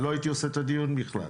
לא הייתי עושה את הדיון בכלל.